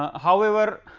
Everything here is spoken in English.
however,